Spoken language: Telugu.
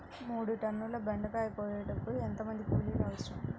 మూడు టన్నుల బెండకాయలు కోయుటకు ఎంత మంది కూలీలు అవసరం?